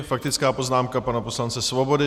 Faktická poznámka pana poslance Svobody.